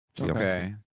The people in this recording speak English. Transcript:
Okay